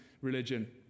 religion